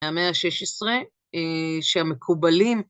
מהמאה ה-16 שהמקובלים